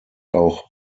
auch